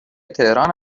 تهران